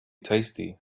tasty